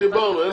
זו